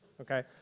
okay